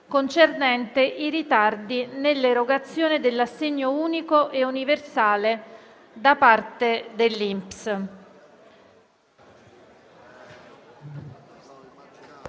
finestra") sui ritardi nell'erogazione dell'assegno unico e universale da parte dell'Inps.